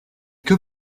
que